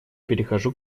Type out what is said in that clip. перехожу